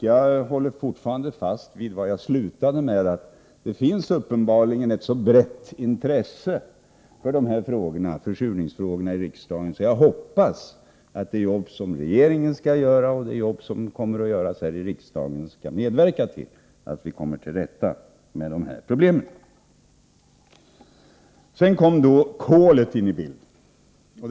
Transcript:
Jag håller fortfarande fast vid vad jag slutade med att säga: Det finns uppenbarligen ett så brett intresse här i riksdagen för försurningsfrågorna att jag kan hoppas att det jobb som regeringen skall göra, och det jobb som kommer att göras här i riksdagen, skall medverka till att vi kommer till rätta med dessa problem. Sedan kom kolet in i bilden.